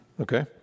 Okay